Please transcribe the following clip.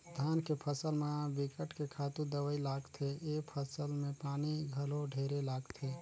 धान के फसल म बिकट के खातू दवई लागथे, ए फसल में पानी घलो ढेरे लागथे